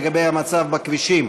לגבי המצב בכבישים.